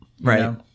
Right